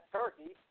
turkey